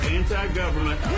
anti-government